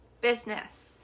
business